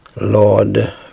Lord